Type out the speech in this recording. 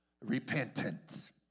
Repentance